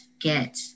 get